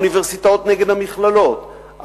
האוניברסיטאות נגד המכללות,